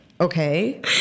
Okay